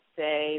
say